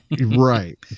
right